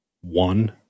one